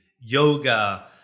yoga